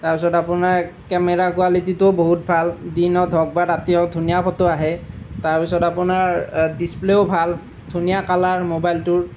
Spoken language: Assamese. তাৰপিছত আপোনাৰ কেমেৰা কোৱালিটিটোও বহুত ভাল দিনত হওক বা ৰাতি হওক ধুনীয়া ফটো আহে তাৰপিছত আপোনাৰ ডিচপ্লেও ভাল ধুনীয়া কালাৰ ম'বাইলটোৰ